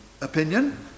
opinion